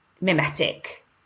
mimetic